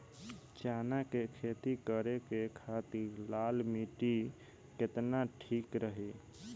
चना के खेती करे के खातिर लाल मिट्टी केतना ठीक रही?